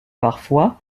parfois